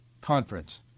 conference